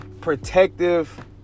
protective